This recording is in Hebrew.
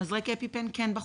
מזרק האפיפן כן בחוק,